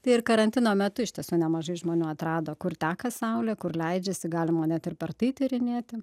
tai ir karantino metu iš tiesų nemažai žmonių atrado kur teka saulė kur leidžiasi galima net ir per tai tyrinėti